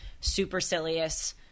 supercilious –